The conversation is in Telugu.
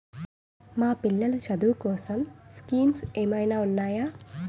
మా పిల్లలు చదువు కోసం స్కీమ్స్ ఏమైనా ఉన్నాయా?